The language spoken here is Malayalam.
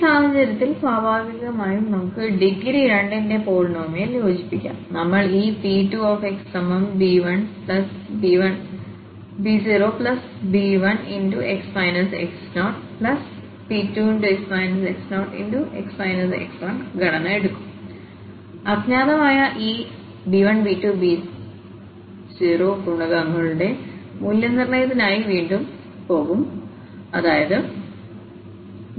ഈ സാഹചര്യത്തിൽ സ്വാഭാവികമായും നമുക്ക് ഡിഗ്രി 2 ന്റെ പോളിനോമിയൽ യോജിപ്പിക്കാം നമ്മൾ ഈ P2xb0b1x x0b2x x0x x1ഘടന എടുക്കും അജ്ഞാതമായ ഈ b0 b1 b2ഗുണകങ്ങളുടെ മൂല്യനിർണ്ണയത്തിനായി വീണ്ടും പോകും അതായത്b0